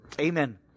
Amen